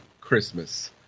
Christmas